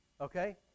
Okay